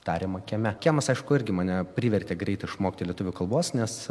tariama kieme kiemas kažkuo irgi mane privertė greit išmokti lietuvių kalbos nes